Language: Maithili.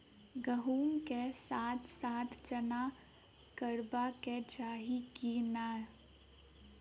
गहुम केँ साथ साथ चना करबाक चाहि की नै?